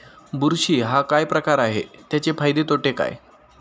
बुरशी हा काय प्रकार आहे, त्याचे फायदे तोटे काय?